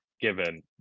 given